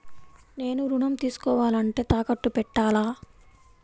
నేను ఋణం తీసుకోవాలంటే తాకట్టు పెట్టాలా?